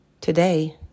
today